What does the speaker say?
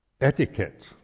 Etiquette